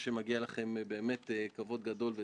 ביחד עם חבריי איילת נחמיאס